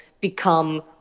become